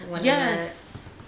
Yes